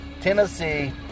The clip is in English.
Tennessee